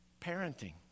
Parenting